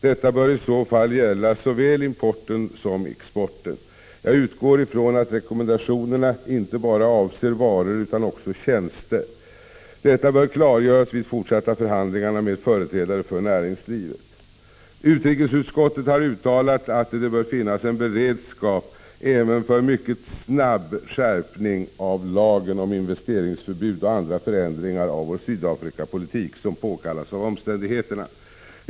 Detta bör i så fall gälla såväl importen som exporten. Jag utgår ifrån att rekommendationerna inte bara avser varor utan också tjänster. Detta bör klargöras vid fortsatta förhandlingar med företrädare för näringslivet. Utrikesutskottet har uttalat att det bör finnas en beredskap även för en mycket snabb skärpning av lagen om investeringsförbud och de andra förändringar av vår Sydafrikapolitik som påkallas av omständigheterna.